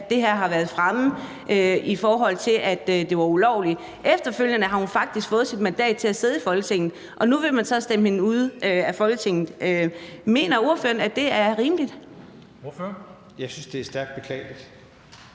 at det har været fremme, at det var ulovligt. Efterfølgende har hun jo faktisk fået sit mandat til at sidde i Folketinget, og nu vil man så stemme hende ud af Folketinget. Mener ordføreren, at det er rimeligt? Kl. 13:25 Formanden (Henrik